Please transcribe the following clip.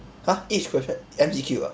!huh! each question M_C_Q ah